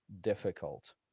difficult